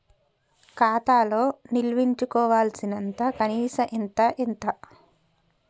ఖాతా లో నిల్వుంచవలసిన కనీస అత్తే ఎంత?